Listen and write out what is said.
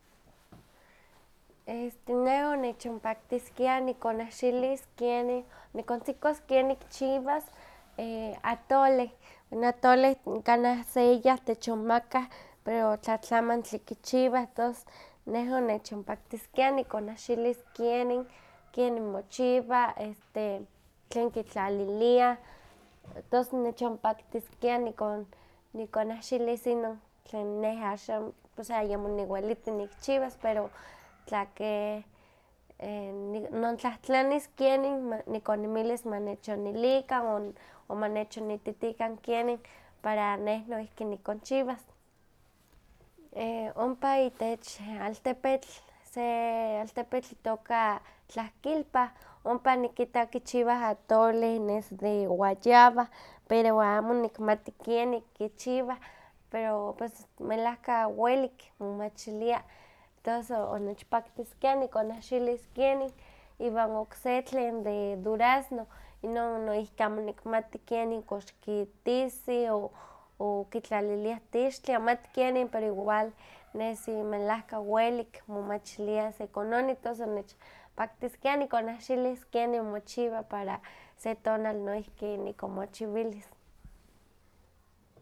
Este neh onechonpaktiskia nikonahxilis kenin nikontzikos ken nikchiwas atoleh, bueno atoleh kanik seya techonmakah pero tlatlamantli kichiwah, tos neh onechonpaktiskia nikonahxilis kienin, kienin mochiwa este tlen kitlaliliah, tos nechonpaktiskia nikon nikonahxilis inon tlen neh axan ayemo niweliti nikchiwas pero tla keh nontlahtlanis kienin, nikoninmilis ma nechonilikan o- oma nechonititikan kenin para neh noihki nikonchiwas. ompa itech altepetl se altepetl itooka tlahkilpah, ompa nikita kichiwah atole nes de guayaba pero amo nikmati kienik kichiwah, pero pues melahka welik momachilia, tos onechpahkitskia nikonahxilis kienin. Iwan okse tlen de durazno, inon noihki amo nikmati kienik, kox kitisih o kox kitlaliliah tixtli amati kienin pero igual nesi melahka welik momachilia sekononi, tos onechpaktiskia nikonahxilis kenin mochiwa para se tonal noihki nikonmochiwilis.